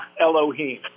Elohim